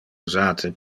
usate